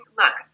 look